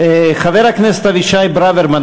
חבר הכנסת אבישי ברוורמן,